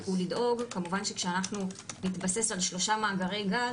כמובן שכשאנחנו נתבסס של שלושה מאגרי גז,